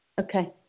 Okay